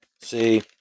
see